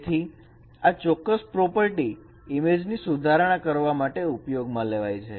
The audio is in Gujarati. તેથી આ ચોક્કસ પ્રોપર્ટી ઇમેજની સુધારણા કરવા માટે ઉપયોગમાં લેવાય છે